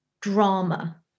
drama